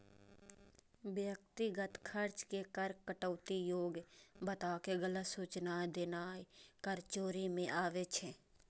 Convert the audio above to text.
व्यक्तिगत खर्च के कर कटौती योग्य बताके गलत सूचनाय देनाय कर चोरी मे आबै छै